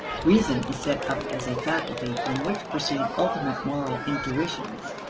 reason is set up as a faculty from which proceed ultimate moral intuitions,